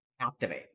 activate